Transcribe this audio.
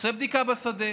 עושה בדיקה בשדה,